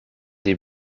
des